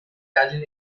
italian